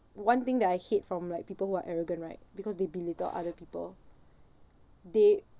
one thing that I hate from like people who are arrogant right because they belittle other people they